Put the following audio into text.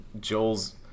Joel's